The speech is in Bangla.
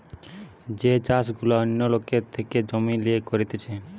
যে চাষ গুলা অন্য লোকের থেকে জমি লিয়ে করতিছে